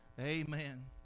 amen